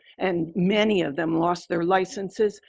and many of them lost their licenses,